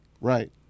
Right